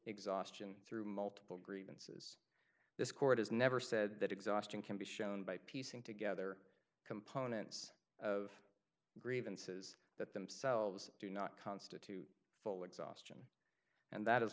exhaustion through multiple grievances this court has never said that exhaustion can be shown by piecing together components of grievances that themselves do not constitute full exhaustion and that is